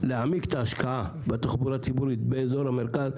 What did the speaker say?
להעמיק את ההשקעה בתחבורה הציבורית באזור המרכז,